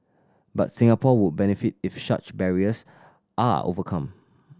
but Singapore would benefit if such barriers are overcome